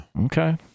Okay